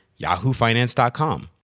yahoofinance.com